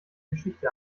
geschichte